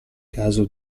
caso